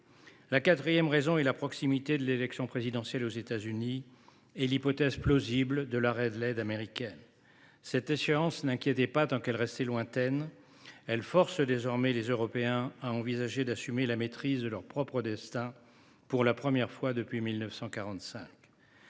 La quatrième raison est la proximité de l’élection présidentielle aux États Unis et l’hypothèse plausible de l’arrêt de l’aide américaine. Cette échéance n’inquiétait pas tant qu’elle restait lointaine. Elle force désormais les Européens à envisager d’assumer la maîtrise de leur propre destin pour la première fois depuis 1945.